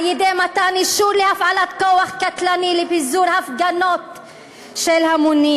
על-ידי מתן אישור להפעלת כוח קטלני לפיזור הפגות של המונים,